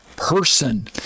person